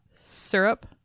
Syrup